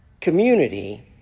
community